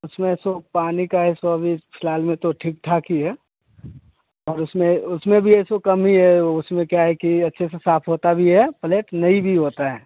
उसमें है सो पानी का है सो अभी फ़िलहाल में ठीक ठाक ही है और इसमें उसमें भी है सो कम ही है उसमें क्या है कि अच्छे से साफ़ होता भी है पलट नहीं भी होता है